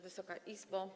Wysoka Izbo!